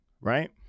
right